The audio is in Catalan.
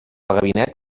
gabinet